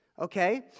okay